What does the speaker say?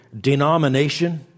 denomination